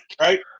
right